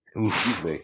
Oof